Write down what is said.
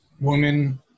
woman